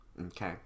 Okay